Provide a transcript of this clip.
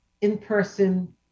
in-person